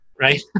right